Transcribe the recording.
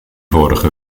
vorige